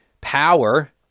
power